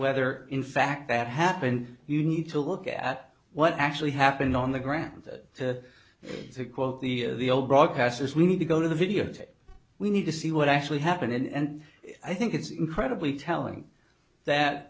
whether in fact that happened you need to look at what actually happened on the ground to quote the broadcasters we need to go to the videotape we need to see what actually happened and i think it's incredibly telling that